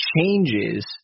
changes